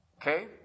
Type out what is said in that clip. Okay